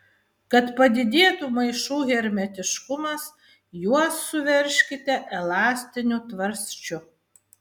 kad padidėtų maišų hermetiškumas juos suveržkite elastiniu tvarsčiu